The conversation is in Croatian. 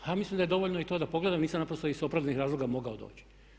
A ja mislim da je dovoljno i to da pogledam, nisam naprosto iz opravdanih razloga mogao doći.